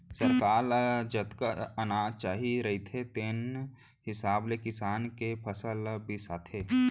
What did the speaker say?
सरकार ल जतका अनाज चाही रहिथे तेन हिसाब ले किसान के फसल ल बिसाथे